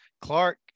Clark